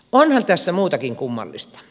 onhan tässä muutakin kummallista